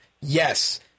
Yes